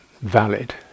valid